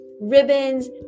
ribbons